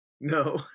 no